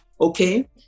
okay